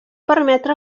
permetre